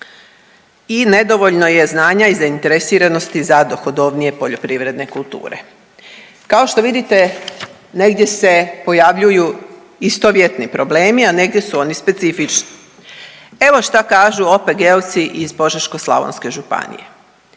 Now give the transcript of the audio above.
i nedovoljno je znanja i zainteresiranosti za dohodovnije poljoprivredne kulture. Kao što vidite negdje se pojavljuju istovjetni problemi, a negdje su oni specifični. Evo šta kažu OPG-ovci iz Požeško-slavonske županije.